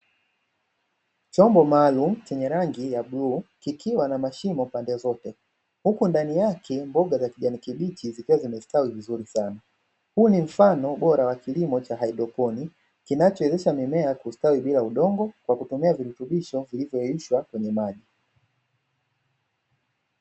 Chombo maalum chenye rangi ya bluu kikiwa na mashimo pande zote huko ndani yake mboga za kijani kibichi zikiwa zimestawi vizuri sana, huu ni mfano bora wa kilimo cha haidroponi kinachowezesha mimea kustawi bila udongo kwa kutumia virutubisho kwenye maji.